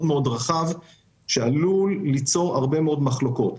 מאוד רחב שעלול ליצור הרבה מאוד מחלוקות.